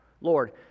Lord